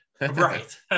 Right